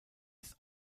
ist